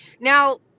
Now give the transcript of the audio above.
Now